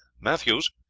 matthews,